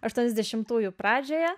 aštuoniasdešimtųjų pradžioje